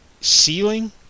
ceiling